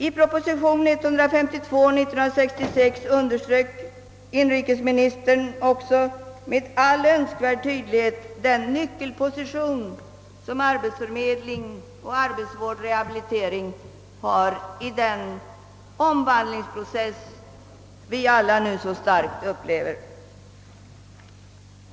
I propositionen nr 152/1966 underströk inrikesministern också med all önskvärd tydlighet den nyckelposition som arbetsförmedling, arbetsvård och rehabilitering har i den omvandlingsprocess som vi alla nu så starkt upplever.